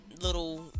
little